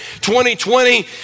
2020